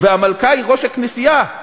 והמלכה היא ראש הכנסייה,